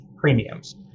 premiums